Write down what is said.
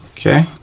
okay,